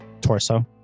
torso